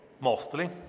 mostly